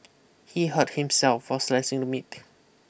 he hurt himself while slicing the meat